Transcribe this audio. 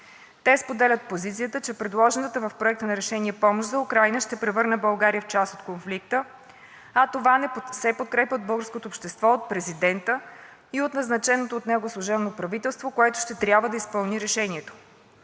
Те споделят позицията, че предложената в проектите на решение помощ за Украйна ще превърне България в част от конфликта, а това не се подкрепя от българското общество, от президента и от назначеното от него служебно правителство, което ще трябва да изпълни Решението.